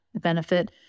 benefit